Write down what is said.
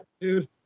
dude